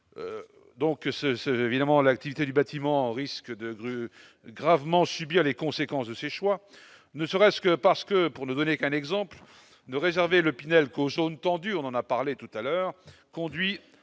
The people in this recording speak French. c'est évidemment l'activité du bâtiment risque de grue gravement subir les conséquences de ses choix, ne serait-ce que parce que, pour ne donner qu'un exemple de réserver l'Opinel cojones tendue, on en a parlé tout à l'heure, conduit